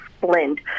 blend